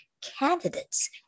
candidates